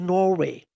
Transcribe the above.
Norway